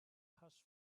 hash